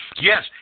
Yes